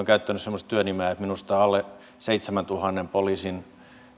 käyttänyt semmoista työnimeä että minusta alle seitsemäntuhannen poliisin